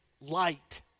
light